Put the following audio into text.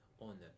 On